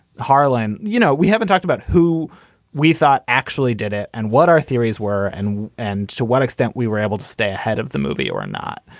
harland, you know, we haven't talked about who we thought actually did it and what our theories were. and and to what extent we were able to stay ahead of the movie or not.